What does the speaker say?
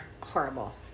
Horrible